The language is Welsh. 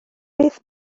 beth